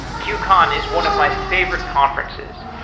qcon is one of my favorite conferences.